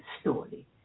story